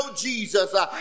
Jesus